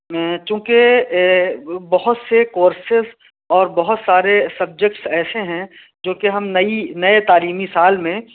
چونکہ بہت سے کورسیس اور بہت سارے سبجیکٹس ایسے ہیں جو کہ ہم نئی نئے تعلیمی سال میں